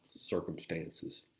circumstances